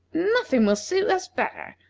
nothing will suit us better,